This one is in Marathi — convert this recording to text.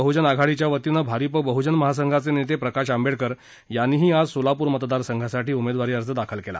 वंचित बहुजन आघाडीच्या वतीनं भारीप बहूजन महासंघाचे नेते प्रकाश आंबडेकर यांनीही आज सोलापूर मतदारसंघांसाठी उमेदवारी अर्ज दाखल केला